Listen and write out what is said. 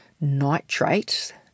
nitrate